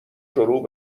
شروع